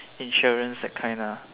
insurance that kind ah